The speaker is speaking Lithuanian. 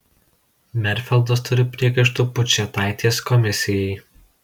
merfeldas turi priekaištų pučėtaitės komisijai